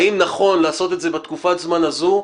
האם נכון לעשות את זה בתקופת הזמן הזו?